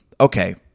okay